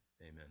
Amen